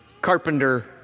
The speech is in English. carpenter